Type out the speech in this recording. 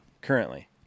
Currently